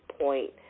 point